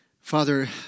Father